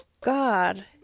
God